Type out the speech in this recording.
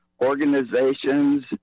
organizations